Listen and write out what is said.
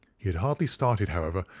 he had hardly started, however,